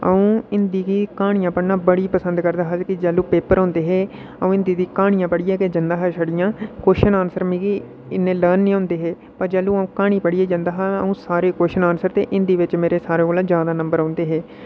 अ'ऊं हिंदी दी क्हानियां पढ़ना बड़ी पसंद करदा हा जिसलै पेपर औंदे हे अ'ऊं हिंदी दियां क्हानियां पढ़ियै गै जंदा हा छड़ियां क्वश्चन आनसर मिगी इन्ने लर्न नेईं होंदे हे पर जिसलै अ'ऊं क्हानी पढ़ी जंदा हा अ'ऊं सारे कव्शचन आनसर ते हिंदी बिच्च मेरे सारें कोला जैदा नंबर औंदे हे